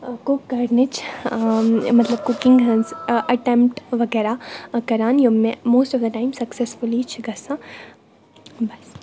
ٲں کُک کَرنٕچ ٲں مطلب کُکِنٛگ ہٕنٛز ایٚٹیٚمپٹہٕ وغیرہ کَران یِم مےٚ most of the time successfully چھِ گژھان بَس